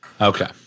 okay